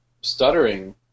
stuttering